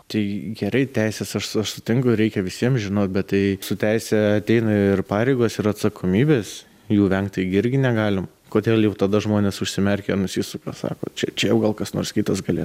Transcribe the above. tai gerai teises aš aš sutinku reikia visiem žinot bet tai su teise ateina ir pareigos ir atsakomybės jų vengt taigi irgi negalima kodėl jau tada žmonės užsimerkia nusisuka sako čia čia jau gal kas nors kitas galėtų